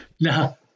No